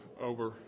over